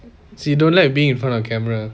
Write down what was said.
she don't like being in front of camera